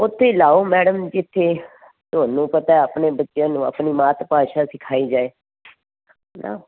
ਉਥੇ ਹੀ ਲਾਓ ਮੈਡਮ ਜਿੱਥੇ ਤੁਹਾਨੂੰ ਪਤਾ ਆਪਣੇ ਬੱਚਿਆਂ ਨੂੰ ਆਪਣੀ ਮਾਤ ਭਾਸ਼ਾ ਸਿਖਾਈ ਜਾਏ